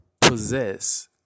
possess